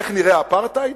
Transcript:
איך נראה אפרטהייד?